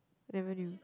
never knew